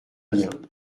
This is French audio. bien